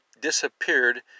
disappeared